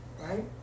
right